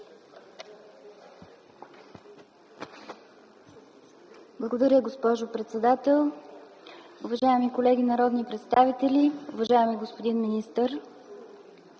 Благодаря, госпожо председател. Уважаеми колеги народни представители, уважаеми господин министър!